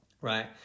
right